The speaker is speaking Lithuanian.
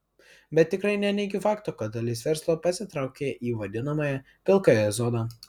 bet tikrai neneigiu fakto kad dalis verslo pasitraukė į vadinamąją pilkąją zoną